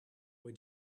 why